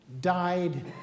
died